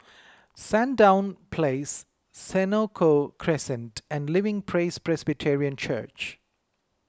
Sandown Place Senoko Crescent and Living Praise Presbyterian Church